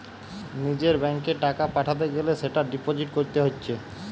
নিজের ব্যাংকে টাকা পাঠাতে গ্যালে সেটা ডিপোজিট কোরতে হচ্ছে